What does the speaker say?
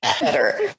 better